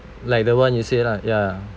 like the one you said lah ya